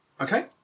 Okay